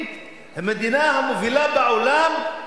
שבהם נתפס ומחולט רכוש